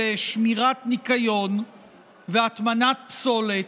בעניינים של שמירת ניקיון והטמנת פסולת,